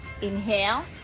Inhale